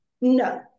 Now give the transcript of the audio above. no